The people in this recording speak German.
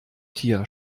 tier